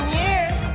years